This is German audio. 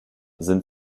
sind